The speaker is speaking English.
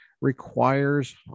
requires